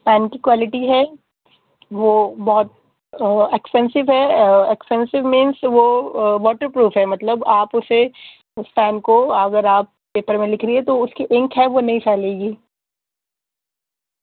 pain کی quality ہے وہ بہت ایکسپینسو ہے ایکسپینسو مینس وہ واٹر پروف ہے مطلب آپ اسے اس پین کو اگر آپ پیپر میں لکھ لیے تو اس کی انک ہے وہ نہیں پھیلے گی